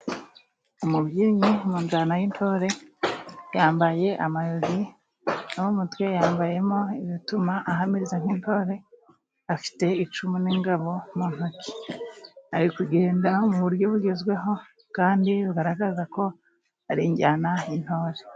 Umubyinnyi mu njyana y'intore yambaye amayogi no mu mutwe yambayemo ibituma ahamezeze nk'intore, afite icumu n'ingabo mu ntoki. Ari kugenda mu buryo bugezweho kandi bugaragaza ko ari injyana y'intore.